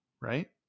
right